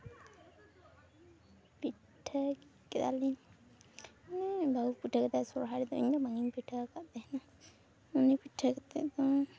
ᱯᱤᱴᱷᱟᱹ ᱠᱮᱫᱟᱞᱤᱧ ᱢᱟᱱᱮ ᱵᱟᱹᱦᱩ ᱯᱤᱴᱷᱟᱹ ᱠᱮᱫᱟᱭ ᱥᱚᱨᱦᱟᱭ ᱨᱮᱫᱚ ᱤᱧ ᱫᱚ ᱵᱟᱝᱤᱧ ᱯᱤᱴᱷᱟᱹ ᱟᱠᱟᱫ ᱛᱟᱦᱮᱱᱟ ᱩᱱᱤ ᱯᱤᱴᱷᱟᱹ ᱠᱟᱛᱮ ᱫᱚ